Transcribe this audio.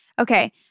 Okay